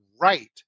right